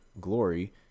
glory